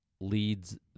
leads